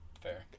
Fair